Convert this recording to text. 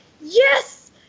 yes